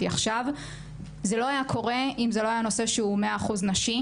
עכשיו לא היה קורה אם זה לא היה נושא שהוא מאה אחוז נשים,